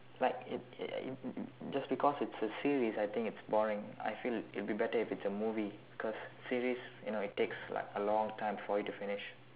like it just because it's a series I think it's boring I feel it'll be better if it's a movie because series you know it takes like a long time for it to finish